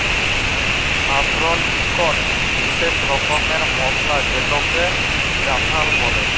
saffron ইকট বিসেস রকমের মসলা যেটাকে জাফরাল বল্যে